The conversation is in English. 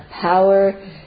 power